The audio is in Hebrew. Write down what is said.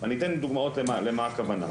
אני אתן דוגמאות למה הכוונה,